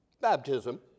Baptism